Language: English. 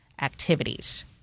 Activities